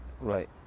right